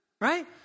Right